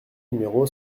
numéro